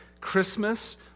Christmas